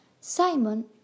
Simon